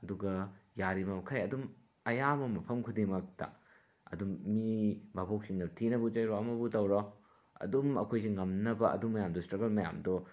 ꯑꯗꯨꯒ ꯌꯥꯔꯤꯕ ꯃꯈꯩ ꯑꯗꯨꯝ ꯑꯌꯥꯝꯕ ꯃꯐꯝ ꯈꯨꯗꯤꯡꯃꯛꯇ ꯑꯗꯨꯝ ꯃꯤ ꯚꯥꯕꯣꯛꯁꯤꯡꯅ ꯊꯤꯅꯕꯨ ꯆꯩꯔꯣ ꯑꯃꯕꯨ ꯇꯧꯔꯛꯑꯣ ꯑꯗꯨꯝ ꯑꯩꯈꯣꯏꯁꯦ ꯉꯝꯅꯕ ꯑꯗꯨ ꯃꯌꯥꯝꯗꯣ ꯁ꯭ꯇ꯭ꯔꯒꯜ ꯃꯌꯥꯝꯗꯣ